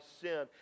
sin